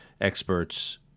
experts